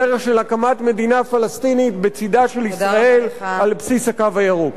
בדרך של הקמת מדינה פלסטינית בצדה של ישראל על בסיס "הקו הירוק".